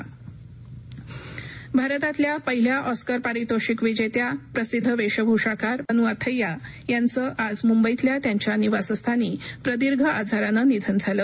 भान अथय्या भारतातल्या पहिल्या ऑस्कर पारितोषिक विजेत्या प्रसिद्ध वेशभूषाकार भानू अथय्या यांचं आज मुंबईतल्या त्यांच्या निवासस्थानी प्रदीर्घ आजारानं निधन झालं